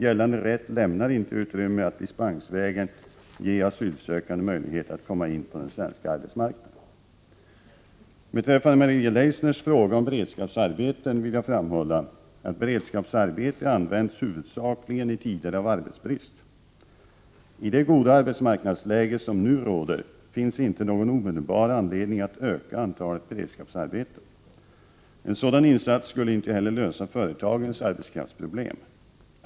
Gällande rätt lämnar inte utrymme att dispensvägen ge asylsökande möjlighet att komma in på den svenska arbetsmarknaden. Beträffande Maria Leissners fråga om beredskapsarbeten vill jag framhålla att beredskapsarbete används huvudsakligen i tider av arbetsbrist. I det goda arbetsmarknadsläge som nu råder finns inte någon omedelbar anledning att öka antalet beredskapsarbeten. En sådan insats skulle inte heller lösa företagens arbetskraftsproblem.